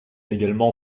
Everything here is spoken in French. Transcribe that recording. également